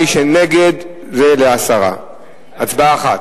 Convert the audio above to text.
מי שנגד, זה הסרה מסדר-היום.